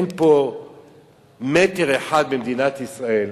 אין פה מטר אחד במדינת ישראל,